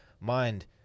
mind